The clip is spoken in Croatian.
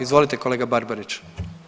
Izvolite kolega Barbarić.